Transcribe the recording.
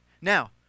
Now